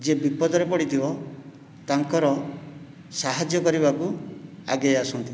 ଯିଏ ବିପଦରେ ପଡ଼ିଥିବ ତାଙ୍କର ସାହାଯ୍ୟ କରିବାକୁ ଆଗେଇ ଆସନ୍ତି